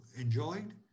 enjoyed